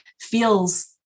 feels